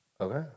Okay